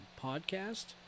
podcast